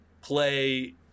play